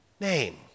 name